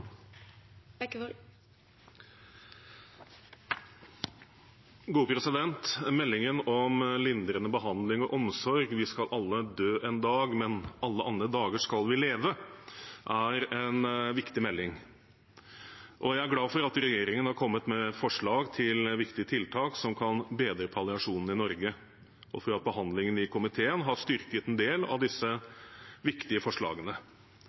Meldingen «Lindrende behandling og omsorg – Vi skal alle dø en dag. Men alle andre dager skal vi leve» er en viktig melding. Og jeg er glad for at regjeringen har kommet med forslag til viktige tiltak som kan bedre palliasjonen i Norge, og for at behandlingen i komiteen har styrket en del av disse viktige forslagene.